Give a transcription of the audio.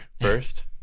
first